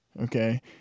okay